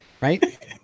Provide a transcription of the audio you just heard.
right